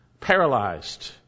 Paralyzed